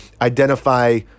identify